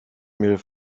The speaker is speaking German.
mir